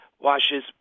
washes